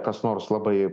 kas nors labai